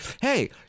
hey